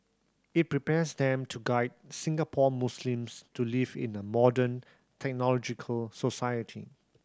it prepares them to guide Singapore Muslims to live in a modern technological society